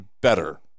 better